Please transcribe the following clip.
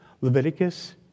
Leviticus